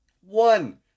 One